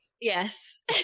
Yes